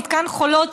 מתקן חולות,